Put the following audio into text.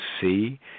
see